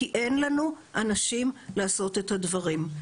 כי אין לנו אנשים לעשות את הדברים.